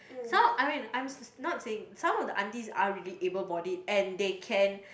some I mean I'm s~ not saying some of the aunties are really able bodied and they can